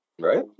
Right